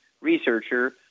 researcher